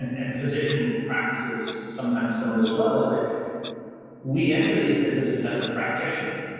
and physician practices sometimes don't as well, is that we enter these businesses as a practitioner.